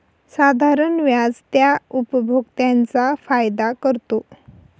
साधारण व्याज त्या उपभोक्त्यांचा फायदा करतो